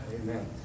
Amen